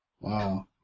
Wow